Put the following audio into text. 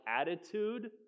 attitude